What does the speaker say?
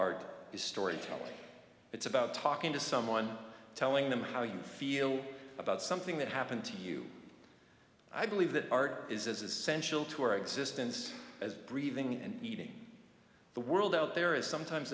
is storytelling it's about talking to someone telling them how you feel about something that happened to you i believe that art is as essential to our existence as breathing and eating the world out there is sometimes